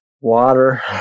water